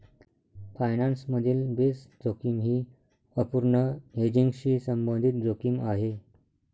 finance मधील base जोखीम ही अपूर्ण हेजिंगशी संबंधित जोखीम आहे